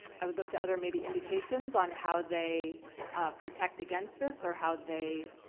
i would look to other maybe indications on how they protect against this or how they